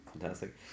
fantastic